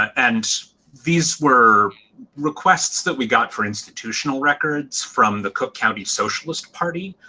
and these were requests that we got for institutional records from the cook county socialist party,